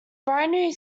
binary